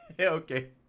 Okay